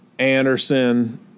Anderson